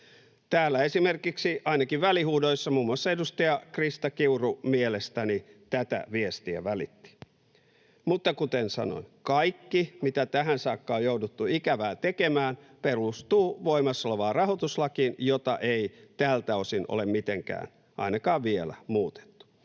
Täällä esimerkiksi ainakin välihuudoissa muun muassa edustaja Krista Kiuru mielestäni tätä viestiä välitti. Mutta kuten sanoin: Kaikki, mitä tähän saakka on jouduttu ikävää tekemään, perustuu voimassa olevaan rahoituslakiin, jota ei tältä osin ole mitenkään, ainakaan vielä, muutettu.